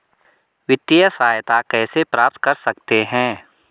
वित्तिय सहायता कैसे प्राप्त कर सकते हैं?